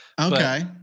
okay